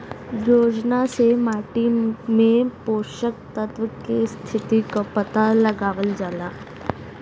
योजना से माटी में पोषक तत्व के स्थिति क पता लगावल जाला